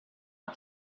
had